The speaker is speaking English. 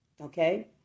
Okay